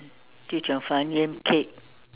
chee-cheong-fun yam cake